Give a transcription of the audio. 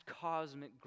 cosmic